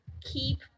keep